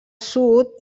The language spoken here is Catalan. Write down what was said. sud